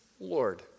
Lord